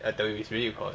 I tell you it's really econ~